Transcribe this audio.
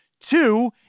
Two